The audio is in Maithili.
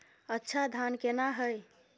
अच्छा धान केना हैय?